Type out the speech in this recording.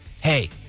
hey